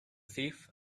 thief